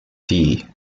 dee